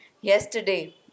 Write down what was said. yesterday